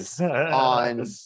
on